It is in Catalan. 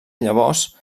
llavors